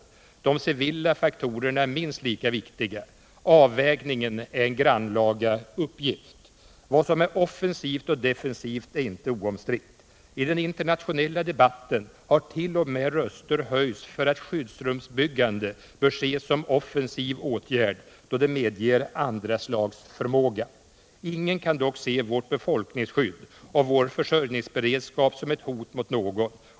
De civila faktorerna är minst lika viktiga. Avvägningen är en grannlaga uppgift. Vad som är offensivt och defensivt är inte oomstritt. I den internationella debatten har t.o.m. röster höjts för att skyddsrumsbyggande bör ses som offensiv åtgärd då det medger andraslagsförmåga. Ingen kan dock se vårt befolkningsskydd och vår försörjningsberedskap som hot mot någon.